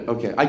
Okay